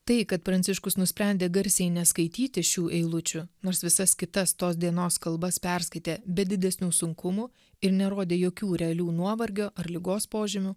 tai kad pranciškus nusprendė garsiai neskaityti šių eilučių nors visas kitas tos dienos kalbas perskaitė be didesnių sunkumų ir nerodė jokių realių nuovargio ar ligos požymių